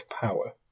power